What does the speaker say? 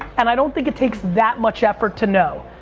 and i don't think it takes that much effort to know.